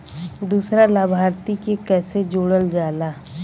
दूसरा लाभार्थी के कैसे जोड़ल जाला?